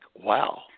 wow